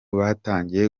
batangiye